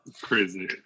Crazy